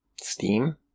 steam